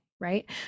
Right